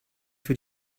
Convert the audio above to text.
für